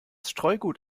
streugut